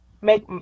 make